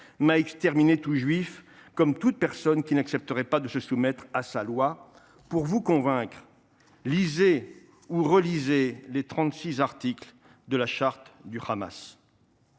à exterminer tout juif, comme toute personne qui n’accepterait pas de se soumettre à sa loi. Pour vous en convaincre, je vous invite à lire ou à relire les 36 articles de la charte du Hamas.